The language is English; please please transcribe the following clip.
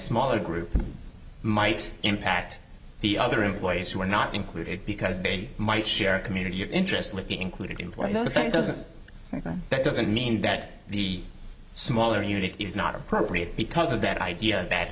smaller group might impact the other employees who are not included because they might share a community your interest would be included in those places so that doesn't mean that the smaller unit is not appropriate because of that idea